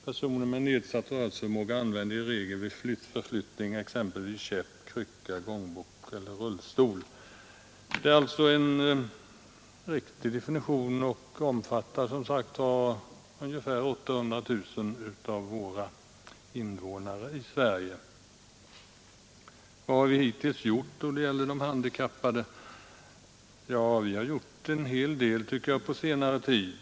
Personer med nedsatt rörelseförmåga använder i regel vid förflyttning exempelvis käpp, krycka, gångbock eller rullstol.” Detta är en riktig definition av nedsatt rörelseförmåga, och av sådan lider som sagt ungefär 800 000 människor i Sverige Vad har vi hittills gjort då det gäller de handikappade? Vi har gjort en hel del, tycker jag, på senare tid.